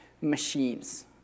machines